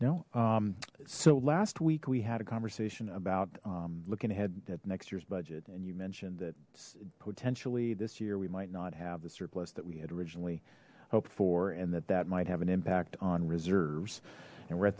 no so last week we had a conversation about looking ahead at next year's budget and you mentioned that potentially this year we might not have the surplus that we had originally hoped for and that that might have an impact on reserves and